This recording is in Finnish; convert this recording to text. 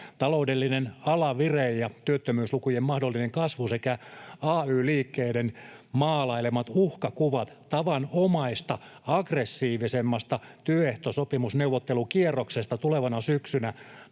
Taloudellinen alavire ja työttömyyslukujen mahdollinen kasvu sekä ay-liikkeiden maalailemat uhkakuvat tavanomaista aggressiivisemmasta työehtosopimusneuvottelukierroksesta tulevana syksynä